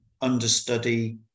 understudy